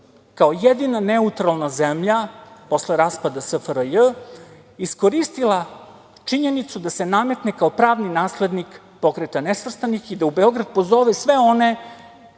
kao jedina neutralna zemlja, posle raspada SFRJ iskoristila činjenicu da se nametne kao pravni naslednik Pokreta nesvrstanih i da u Beograd pozove sve one